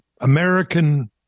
American